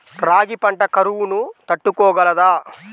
రాగి పంట కరువును తట్టుకోగలదా?